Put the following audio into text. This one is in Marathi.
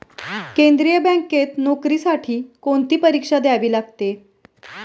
केंद्रीय बँकेत नोकरीसाठी कोणती परीक्षा द्यावी लागते?